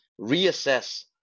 reassess